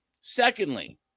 Secondly